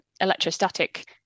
electrostatic